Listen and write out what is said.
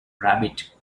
rabbit